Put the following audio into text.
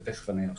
ותיכף אני ארחיב.